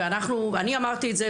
אני אמרתי את זה,